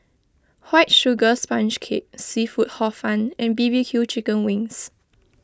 White Sugar Sponge Cake Seafood Hor Fun and B B Q Chicken Wings